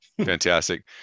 fantastic